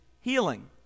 healing